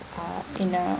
uh in a